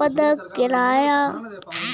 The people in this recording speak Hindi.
बेहतर है?